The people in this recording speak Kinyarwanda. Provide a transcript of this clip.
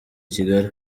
kigali